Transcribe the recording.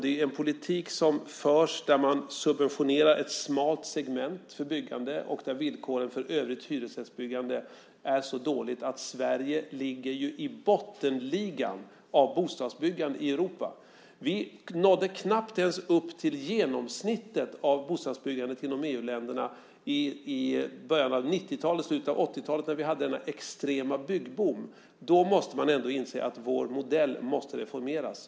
Det är en politik som förs där man subventionerar ett smalt segment för byggande och där villkoren för övrigt hyresrättsbyggande är så dåligt att Sverige ligger i bottenligan av bostadsbyggande i Europa. Vi nådde knappt ens upp till genomsnittet av bostadsbyggandet inom EU-länderna i början av 90-talet och slutet av 80-talet när vi hade denna extrema byggboom. Då måste man inse att vår modell måste reformeras.